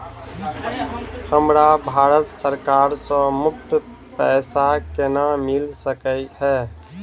हमरा भारत सरकार सँ मुफ्त पैसा केना मिल सकै है?